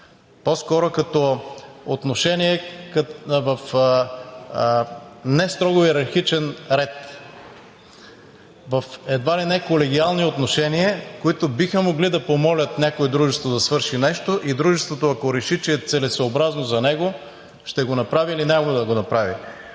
по-скоро като отношение в нестрого йерархичен ред, в едва ли не колегиални отношения, които биха могли да помолят някое дружество да свърши нещо и дружеството, ако реши, че е целесъобразно за него, ще го направи, или няма да го направи.